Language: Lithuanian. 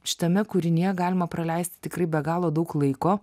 šitame kūrinyje galima praleisti tikrai be galo daug laiko